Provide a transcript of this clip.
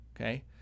okay